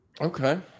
Okay